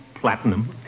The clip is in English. Platinum